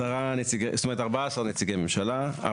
14 נציגי ממשלה,